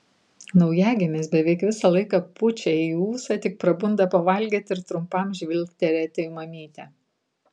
naujagimis beveik visą laiką pučia į ūsą tik prabunda pavalgyti ir trumpam žvilgtelėti į mamytę